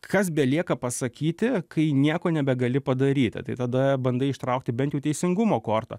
kas belieka pasakyti kai nieko nebegali padaryti tai tada bandai ištraukti bent jų teisingumo kortą